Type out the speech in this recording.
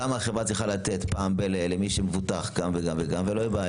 כמה החברה צריכה לתת פעם ב- למי שמבוטח גם וגם וגם ולא תהיה בעיה.